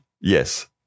Yes